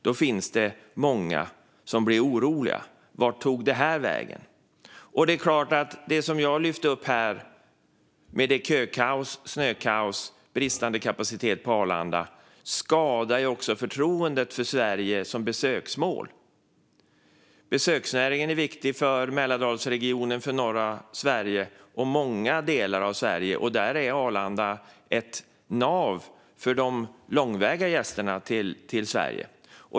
Då finns det många som blir oroliga: Vart tog det här vägen? Det jag lyfte upp om kökaos, snökaos och bristande kapacitet på Arlanda skadar också förtroendet för Sverige som besöksmål. Besöksnäringen är viktig för Mälardalsregionen, för norra Sverige och för många andra delar av Sverige, och Arlanda är ett nav för de långväga gästerna till Sverige.